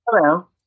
Hello